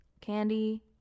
candy